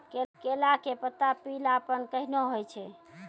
केला के पत्ता पीलापन कहना हो छै?